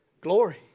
glory